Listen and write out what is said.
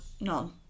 None